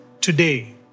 today